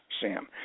Sam